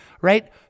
right